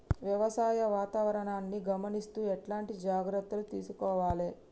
వ్యవసాయ వాతావరణాన్ని గమనిస్తూ ఎట్లాంటి జాగ్రత్తలు తీసుకోవాలే?